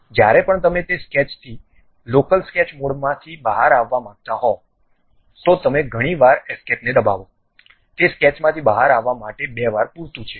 જ્યારે પણ તમે તે સ્કેચથી લોકલ સ્કેચ મોડમાંથી બહાર આવવા માંગતા હો તો તમે ઘણી વાર એસ્કેપને દબાવો તે સ્કેચમાંથી બહાર આવવા માટે બે વાર પૂરતું છે